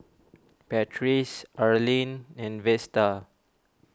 Patrice Arline and Vesta